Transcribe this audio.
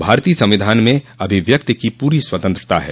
भारतीय संविधान म अभिव्यक्ति की पूरी स्वतंत्रता है